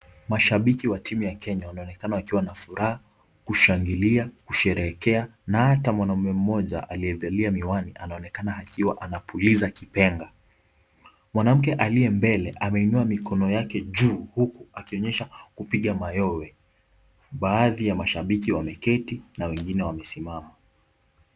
Mashabiki wa timu ya kenya wanaonekana wakiwa na furaha, kushangilia ,kusheherekea na ata mwanaume moja aliyevalia miwani anaonekana akiwa anapuliza kipenga mwanamke aliye mbele ameinua mikono yake juu huku akionyesha kupiga mayowe .Baadhi ya mashabiki wameketi na wengine wamesimama.